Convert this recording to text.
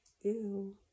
ew